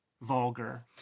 vulgar